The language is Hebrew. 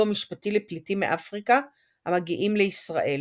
משפטי לפליטים מאפריקה המגיעים לישראל.